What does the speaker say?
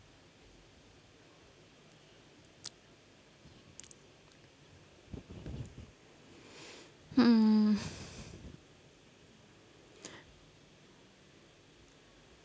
mm